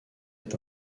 est